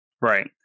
Right